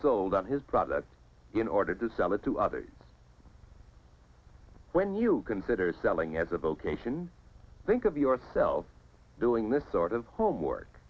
sold on his product in order to sell it to others when you consider selling as a vocation think of yourself doing this sort of homework